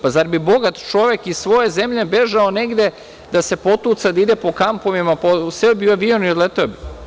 Pa, zar bi bogat čovek iz svoje zemlje bežao negde da se potuca i da ide po kampovima, seo bi u avion i odleteo bi?